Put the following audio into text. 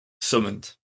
summoned